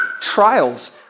trials